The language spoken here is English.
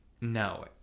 No